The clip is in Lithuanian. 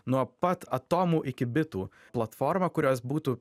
nuo pat atomų iki bitų platformą kurios būtų